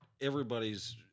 Everybody's